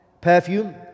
perfume